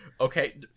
okay